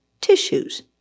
tissues